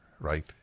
right